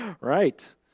Right